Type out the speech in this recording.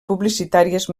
publicitàries